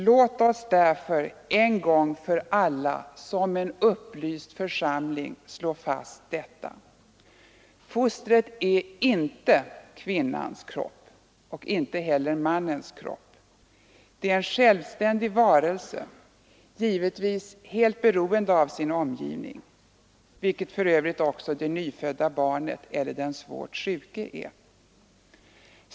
Låt oss därför en gång för alla som en upplyst församling slå fast detta: fostret är inte kvinnans kropp, och inte heller mannens kropp. Det är en självständig varelse, givetvis helt beroende av sin omgivning — vilket för övrigt också det nyfödda barnet eller den svårt sjuke är.